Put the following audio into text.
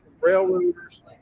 railroaders